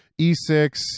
E6